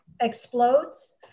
explodes